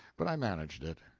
but i managed it.